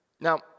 Now